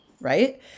right